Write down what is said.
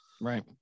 Right